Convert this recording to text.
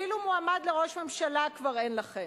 אפילו מועמד לראש ממשלה כבר אין לכם.